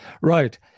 right